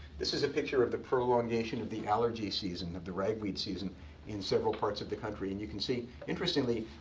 this is a picture of the prolongation of the allergy season of the ragweed season in several parts of the country. and you can see, interestingly,